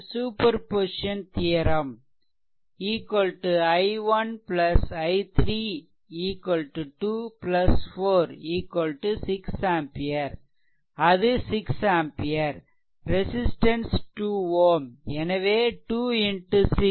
அது superposition theorem i1 i3 2 4 6 ampere அது 6 ampere resistance 2 Ω